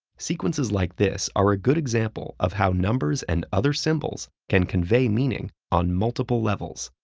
sequences like this are a good example of how numbers and other symbols can convey meaning on multiple levels.